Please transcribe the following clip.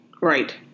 Right